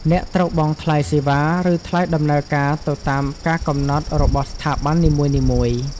អ្នកត្រូវបង់ថ្លៃសេវា ឬថ្លៃដំណើរការទៅតាមការកំណត់របស់ស្ថាប័ននីមួយៗ។